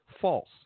false